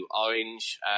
orange